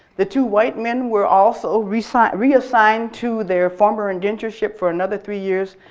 the two white men were also reassigned reassigned to their former indentureship for another three years,